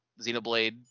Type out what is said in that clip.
Xenoblade